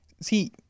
see